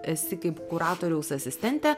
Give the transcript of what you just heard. esi kaip kuratoriaus asistentė